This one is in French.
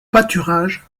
pâturages